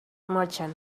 merchant